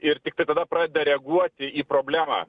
ir tiktai tada pradeda reaguoti į problemą